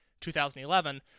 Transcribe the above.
2011